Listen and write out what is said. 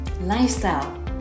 lifestyle